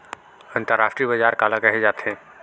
अंतरराष्ट्रीय बजार काला कहे जाथे?